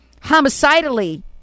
homicidally